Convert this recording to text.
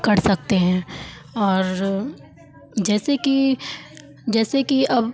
कर सकते हैं और जैसे कि जैसे कि अब